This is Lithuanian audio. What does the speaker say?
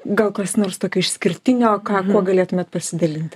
gal kas nors tokio išskirtinio ką galėtumėt pasidalinti